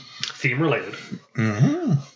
theme-related